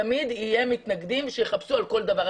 תמיד יהיו מתנגדים שיחפשו על כל דבר.